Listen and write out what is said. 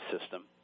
system